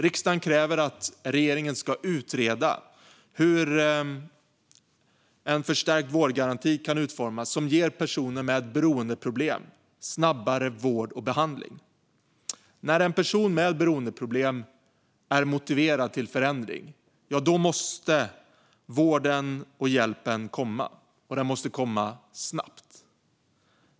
Riksdagen kräver att regeringen ska utreda hur en förstärkt vårdgaranti kan utformas som ger personer med beroendeproblem snabbare vård och behandling. När en person med beroendeproblem är motiverad till förändring måste vården och hjälpen komma snabbt.